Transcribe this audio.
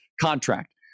Contract